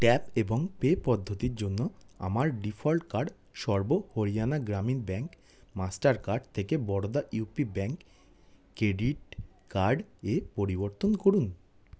tap এবং pay পদ্ধতির জন্য আমার ডিফল্ট কার্ড সর্ব Haryana Gramin bank Mastercard থেকে Baroda UP bank credit card এ পরিবর্তন করুন